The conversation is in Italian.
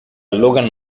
logan